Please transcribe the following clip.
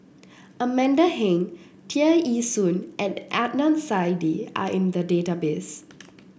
Amanda Heng Tear Ee Soon and Adnan Saidi are in the database